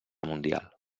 mundial